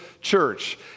church